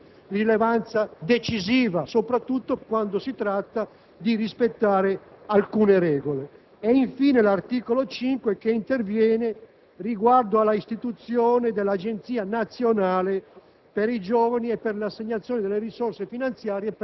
della legislazione comunitaria, queste sono norme di rilevanza decisiva, soprattutto quando si tratta di rispettare alcune regole. Infine, l'articolo 5 interviene sull'istituzione dell'Agenzia nazionale